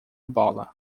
bola